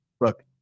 look